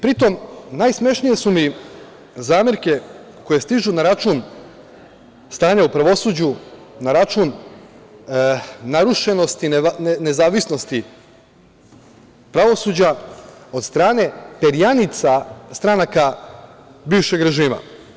Pri tome, najsmešnije su mi zamerke koje stižu na račun stanja u pravosuđu, na račun narušenosti nezavisnosti pravosuđa od strane perjanica stranaka bivšeg režima.